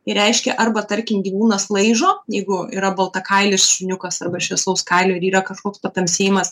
ir reiškia arba tarkim gyvūnas laižo jeigu yra baltakailis šuniukas arba šviesaus kailio ir yra kažkoks patamsėjimas